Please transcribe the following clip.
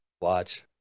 Watch